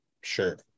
Sure